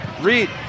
Reed